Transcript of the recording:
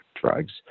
drugs